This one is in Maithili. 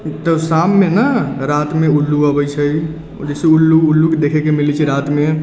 तऽ शाममे ने रातिमे उल्लू अबै छै जैसे कि उल्लू उल्लूके देखैके मिलै छै रातिमे